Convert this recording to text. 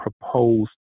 proposed